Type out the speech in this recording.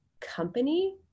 company